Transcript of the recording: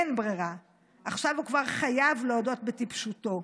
אין ברירה, עכשיו הוא כבר חייב להודות בטיפשותו.